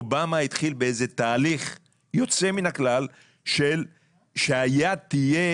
אובמה התחיל באיזה תהליך יוצא מן הכלל שהיד תהיה